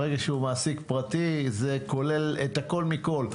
ברגע שהוא מעסיק פרטי, זה כולל את הכול מכל.